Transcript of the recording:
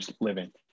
living